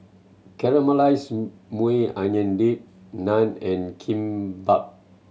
Caramelized Maui Onion Dip Naan and Kimbap